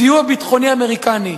סיוע ביטחוני אמריקני.